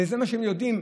וזה מה שהם יודעים,